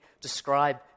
describe